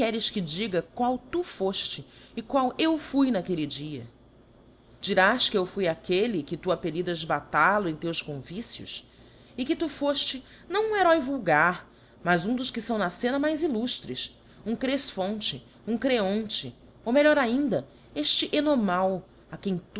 que diga qual tu fofte e qual eu fui n'aquelle dia dirás que eu fui aquelle que tu appellidas batalo em teus convicios e que tu fofte não um heroe vulgar mas um dos que fão na fcena mais illuftres um grefphonte um greonte ou melhor ainda efte ienomau a quem